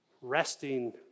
resting